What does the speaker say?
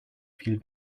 viel